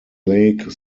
lake